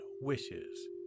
wishes